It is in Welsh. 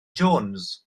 jones